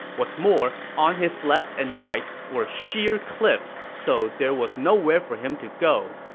what's more, on his left and right were sheer cliffsides, so there was nowhere for him to go.